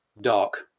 dark